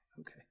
okay